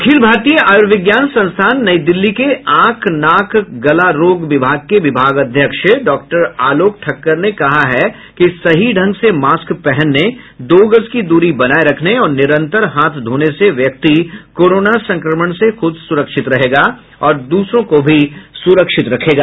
अखिल भारतीय आयुर्विज्ञान संस्थान नई दिल्ली के आंख नाक गला रोग के विभागाध्यक्ष डॉक्टर आलोक ठक्कर ने कहा कि सही ढंग से मास्क पहनने दो गज की दूरी बनाए रखने और निरंतर हाथ धोने से व्यक्ति कोरोना संक्रमण से खुद सुरक्षित रहेगा और दूसरों को भी सुरक्षित रखेगा